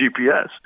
GPS